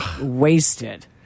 wasted